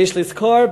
יש לזכור,